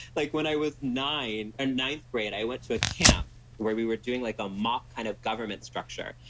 like when i was nine, or ninth grade, i went to a camp where we were doing like a mock kind of government structure.